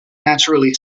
naturally